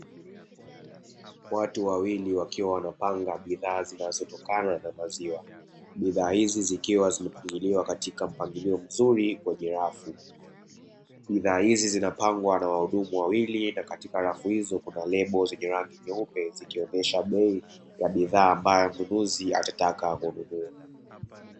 Watu wawili wakiwa wanapanga bidhaa zinazotokana na maziwa. Bidhaa hizi zikiwa zimepangiliwa katika mpangilio mzuri kwenye rafu, bidhaa hizi zinapangwa na wahudumu wawilii na katika rafu hizo kuna rebo zenye rangi nyeupe zikionyesha bei ya bidhaa ambayo mnunuzi atataka kununua.